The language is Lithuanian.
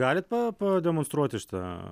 galit pa pademonstruoti šitą